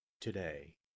today